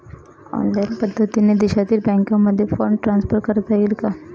Online पद्धतीने देशातील बँकांमध्ये फंड ट्रान्सफर करता येईल का?